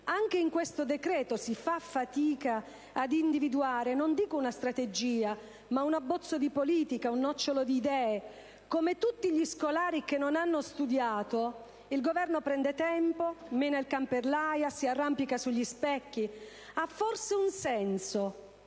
Anche in questo decreto si fa fatica ad individuare non dico una strategia, ma un abbozzo di politica, un nocciolo di idee. Come tutti gli scolari che non hanno studiato, il Governo prende tempo, mena il can per l'aia, si arrampica sugli specchi. Ha forse un altro